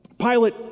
Pilate